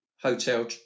hotel